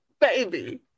baby